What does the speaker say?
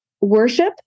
worship